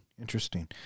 interesting